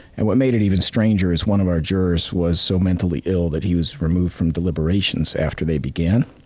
and what made it even stranger is one of our jurors was so mentally ill, that he was removed from deliberations after they began.